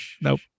Nope